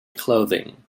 clothing